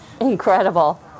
incredible